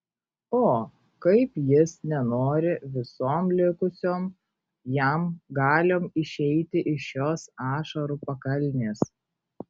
o kaip jis nenori visom likusiom jam galiom išeiti iš šios ašarų pakalnės